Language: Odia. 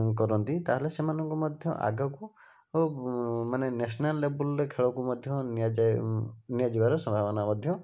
କରନ୍ତି ତାହେଲେ ସେମାନଙ୍କୁ ମଧ୍ୟ ଆଗକୁ ଓ ମାନେ ନ୍ୟାସନାଲ୍ ଲେବୁଲରେ ଖେଳକୁ ମଧ୍ୟ ନିଆଯାଏ ନିଆଯିବାର ସମ୍ଭାବନା ମଧ୍ୟ